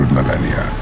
Millennia